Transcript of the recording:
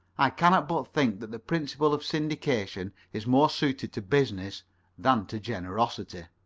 i cannot but think that the principle of syndication is more suited to business than to generosity.